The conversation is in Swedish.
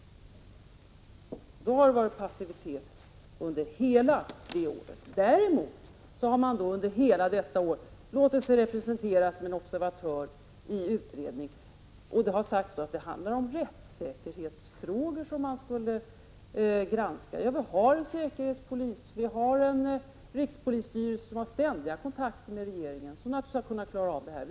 Under hela denna period — nästan ett år — har det varit passivitet. Däremot har man under den här tiden låtit sig representeras av en observatör i utredningen, och det har sagts att det varit rättssäkerhetsfrågor som skulle granskas. Men vi har ju en säkerhetspolis och en rikspolisstyrelse, som har ständiga kontakter med regeringen och som naturligtvis hade kunnat klara av det här.